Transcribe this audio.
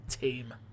team